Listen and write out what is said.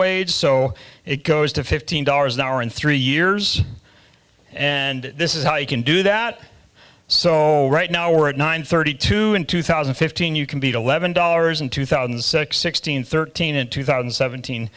wage so it goes to fifteen dollars an hour in three years and this is how you can do that so right now we're at nine thirty two in two thousand and fifteen you can be to levon dollars in two thousand and six sixteen thirteen in two thousand and seventeen